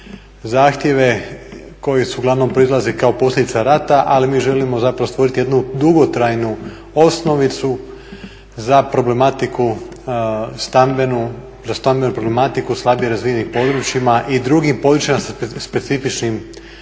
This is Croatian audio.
zahtjeve koji uglavnom proizlaze kao posljedica rata, ali mi želimo zapravo stvoriti jednu dugotrajnu osnovicu za stambenu problematiku slabije razvijenim područjima i drugim područjima sa specifičnim poteškoćama,